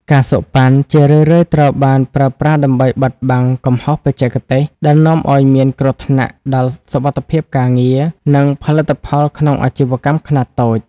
ការសូកប៉ាន់ ជារឿយៗត្រូវបានប្រើប្រាស់ដើម្បីបិទបាំងកំហុសបច្ចេកទេស ដែលនាំឱ្យមានគ្រោះថ្នាក់ដល់សុវត្ថិភាពការងារ និងផលិតផលក្នុងអាជីវកម្មខ្នាតតូច។